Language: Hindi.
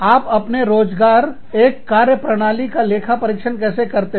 आप अपने रोजगार एक कार्यप्रणाली का लेखा परीक्षण कैसे करते हैं